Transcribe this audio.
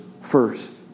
first